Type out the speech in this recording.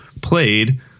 played